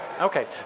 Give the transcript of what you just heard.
Okay